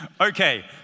Okay